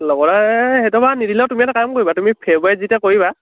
সেইটো বাৰু নিদিলেও তুমি এটা কাম কৰিবা তুমি ফেব্ৰুৱাৰীত যেতিয়া কৰিবা